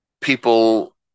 people